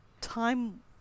time